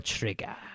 Trigger